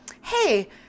hey